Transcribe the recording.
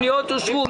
הצבעה הפניות אושרו.